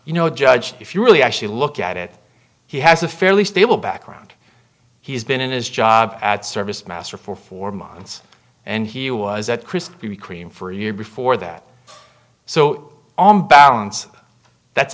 you know judge if you really actually look at it he has a fairly stable background he's been in his job at service master for four months and he was at krispy kreme for a year before that so on balance that's